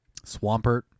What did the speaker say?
Swampert